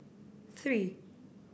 three